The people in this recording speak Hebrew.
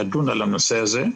בארץ.